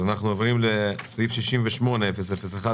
אנחנו עוברים לסעיף 68-001,